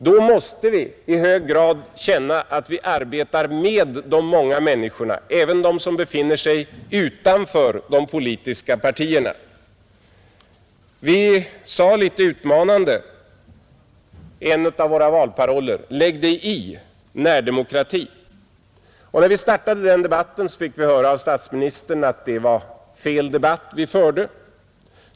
Då måste vi i hög grad känna att vi arbetar med de många människorna, även dem som befinner sig utanför de politiska partierna, Vi sade litet utmanande i en av våra valparoller: Lägg dig i — närdemokrati! När vi startade den debatten fick vi höra av statsministern att det var fel debatt vi förde.